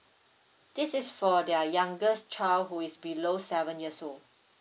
this is for their youngest child who is below seven years old